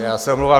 Já se omlouvám.